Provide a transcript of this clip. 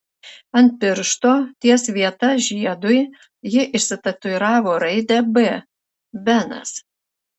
ant piršto ties vieta žiedui ji išsitatuiravo raidę b benas